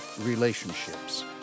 Relationships